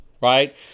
right